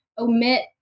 omit